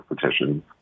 petitions